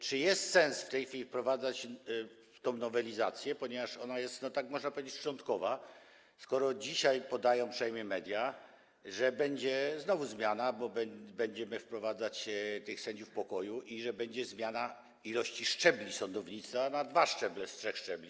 Czy jest sens w tej chwili wprowadzać tę nowelizację, ponieważ ona jest, tak można powiedzieć, szczątkowa, skoro dzisiaj media podają, że znowu będzie zmiana, bo będziemy wprowadzać sędziów pokoju, i że będzie zmiana ilości szczebli sądownictwa - na dwa szczeble z trzech szczebli.